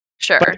Sure